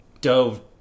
dove